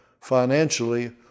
financially